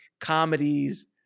comedies